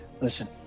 Listen